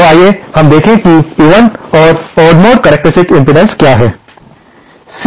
तो आइए हम देखें कि ये इवन और ओड मोड करक्टेरिस्टिक्स इम्पीडेन्स क्या है